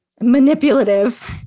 manipulative